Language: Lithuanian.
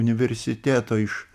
universiteto iš